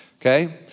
okay